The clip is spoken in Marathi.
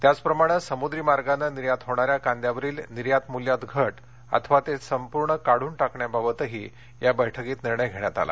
त्याचप्रमाणे समुद्र मार्गाने निर्यात होणाऱ्या कांद्यावरील निर्यात मूल्यात घट अथवा ते पूर्णतः काढून टाकण्याबाबतही या बैठकीत निर्णय घेण्यात आला